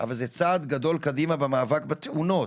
אבל זה צעד גדול קדימה במאבק בתאונות.